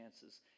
chances